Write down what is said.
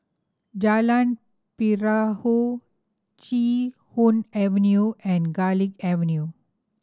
Jalan Perahu Chee Hoon Avenue and Garlick Avenue